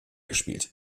gespielt